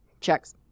checks